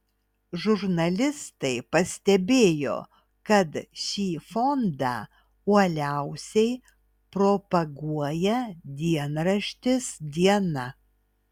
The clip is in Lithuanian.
žurnalistai pastebėjo kad šį fondą uoliausiai propaguoja dienraštis diena